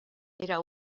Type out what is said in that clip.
era